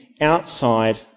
outside